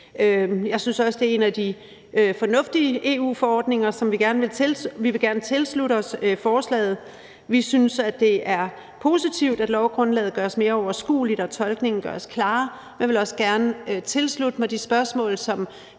Jeg synes også, det er en af de fornuftige EU-forordninger, og vi vil gerne tilslutte os forslaget. Vi synes, det er positivt, at lovgrundlaget gøres mere overskueligt og tolkningen gøres klarere. Jeg vil også gerne tilslutte mig de spørgsmål,